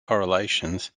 correlations